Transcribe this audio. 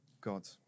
God